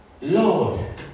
lord